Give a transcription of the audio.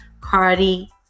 Cardi